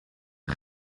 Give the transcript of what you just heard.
een